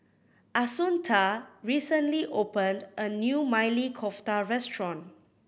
Assunta recently opened a new Maili Kofta Restaurant